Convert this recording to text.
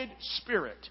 spirit